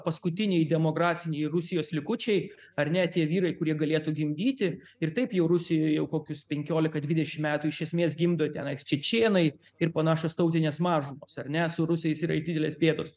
paskutiniai demografiniai rusijos likučiai ar ne tie vyrai kurie galėtų gimdyti ir taip jau rusijoj jau kokius penkiolika dvidešim metų iš esmės gimdo tenais čečėnai ir panašios tautinės mažumos ar ne su rusais yra didelės bėdos